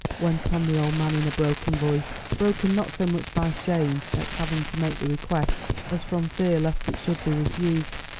went on the old man in a broken voice, broken not so much by shame at having to make the request as from fear lest it should be refused,